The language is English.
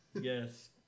Yes